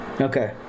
okay